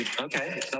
Okay